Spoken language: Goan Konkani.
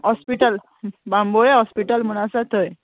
हॉस्पिटल बांबोळे हॉस्पिटल म्हूण आसा थंय